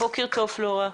בוקר טוב פלורה.